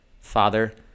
Father